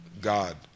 God